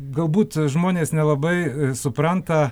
galbūt žmonės nelabai supranta